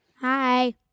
Hi